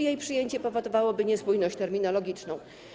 Jej przyjęcie powodowałoby niespójność terminologiczną.